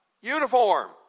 Uniform